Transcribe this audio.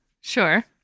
sure